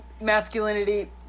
masculinity